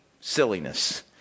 silliness